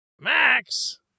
Max